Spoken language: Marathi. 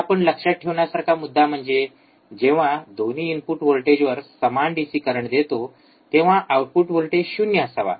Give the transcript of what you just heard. तर आपण लक्षात ठेवण्यासारखा मुद्दा म्हणजे जेव्हा आपण दोन्ही इनपुट व्होल्टेजवर समान डिसी करंट देतो तेव्हा आउटपुट व्होल्टेज शून्य असावा